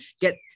get